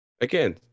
Again